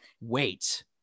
wait